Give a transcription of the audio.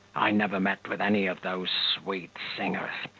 i never met with any of those sweet singers,